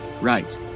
Right